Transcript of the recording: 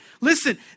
listen